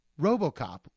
Robocop